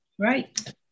Right